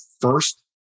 first